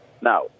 Now